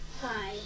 Hi